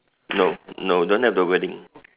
no no don't have the wedding